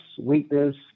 weakness